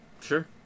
Sure